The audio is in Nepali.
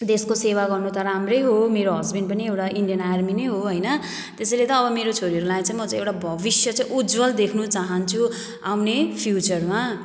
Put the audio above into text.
देशको सेवा गर्नु त राम्रै हो मेरो हस्ब्यान्ड पनि एउटा इन्डियन आर्मी नै हो होइन त्यसैले त अब मेरो छोरीहरूलाई चाहिँ म चाहिँ एउटा भविष्य चाहिँ उज्ज्वल देख्न चाहन्छु आउने फ्युचरमा